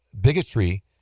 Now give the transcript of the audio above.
bigotry